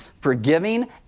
Forgiving